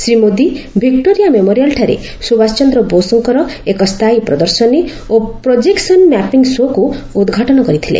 Shri Modi Victoria Memorial ଠାରେ ସୁଭାଷ ଚନ୍ଦ୍ର ବୋଷଙ୍କର ଏକ ସ୍ଥାୟୀ ପ୍ରଦର୍ଶନୀ ଓ ପ୍ରୋଜେକ୍ସନ୍ ମ୍ୟାପିଙ୍ଗ୍ ଶୋ'କୁ ଉଦ୍ଘାଟନ କରିଥିଲେ